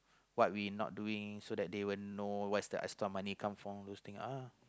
what we not doing so that they will know what is the extra money come from all those thing ah